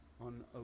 on